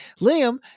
Liam